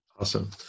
Awesome